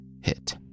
hit